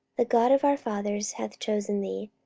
the god of our fathers hath chosen thee,